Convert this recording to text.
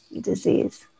disease